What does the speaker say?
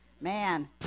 Man